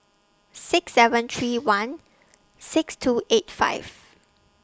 six seven three one six two eight five